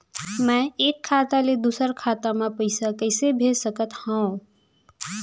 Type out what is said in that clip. मैं एक खाता ले दूसर खाता मा पइसा कइसे भेज सकत हओं?